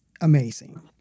amazing